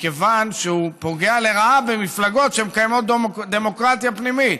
מכיוון שהוא פוגע לרעה במפלגות שמקיימות דמוקרטיה פנימית,